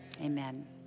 Amen